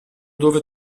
dove